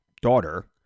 daughter